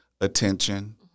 attention